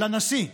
לנשיא.